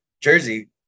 Jersey